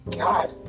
God